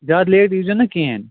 زیادٕ لیٹ ییٖزیو نہٕ کِہیٖنٛۍ